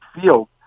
field